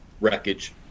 wreckage